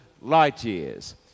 light-years